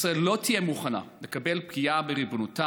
ישראל לא תהיה מוכנה לקבל פגיעה בריבונותה,